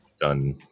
done